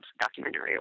documentary